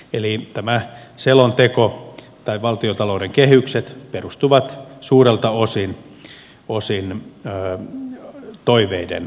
eli valtiontalouden kehykset perustuvat suurelta osin toiveiden varaan